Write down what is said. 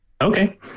Okay